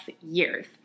years